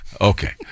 Okay